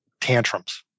tantrums